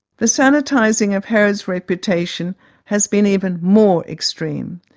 the sanitising of herod's reputation has been even more extreme.